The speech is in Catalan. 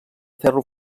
ferro